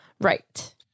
Right